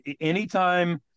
Anytime